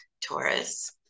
Taurus